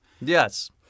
Yes